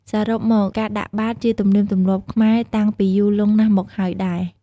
សរុបមកការដាកបាតជាទំលៀមទម្លាប់ខ្មែរតាំងពីយូលង់ណាស់មកហើយដែរ។